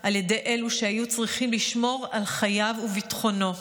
על ידי אלו שהיו צריכים לשמור על חייו וביטחונו.